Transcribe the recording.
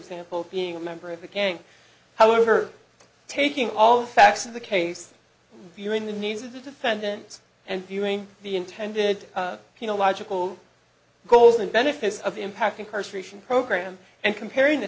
example being a member of the gang however taking all the facts of the case viewing the needs of the defendants and viewing the intended you know logical goals and benefits of impact incarceration program and comparing the